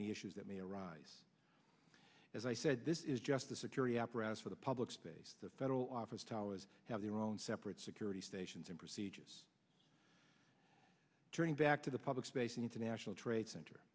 any issues that may arise as i said this is just the security apparatus for the public space the federal office towers have their own separate security stations and proceed just turning back to the public space international trade cent